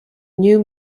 new